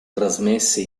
trasmesse